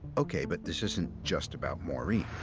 okay, but this isn't just about maureen.